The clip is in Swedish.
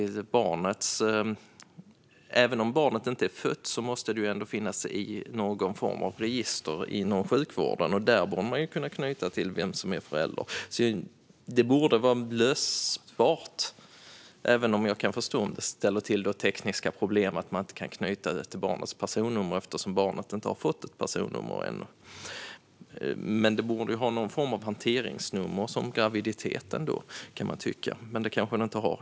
Även om barnet inte är fött måste det finnas i någon form av register inom sjukvården, och där borde man kunna knyta barnet till den som är förälder. Det borde alltså vara möjligt att lösa, även om jag kan förstå att det ställer till med tekniska att man inte kan knyta det till barnets personnummer eftersom barnet inte har fått något än. Det borde ändå ha någon form av hanteringsnummer som graviditet, kan man tycka, men det kanske det inte har.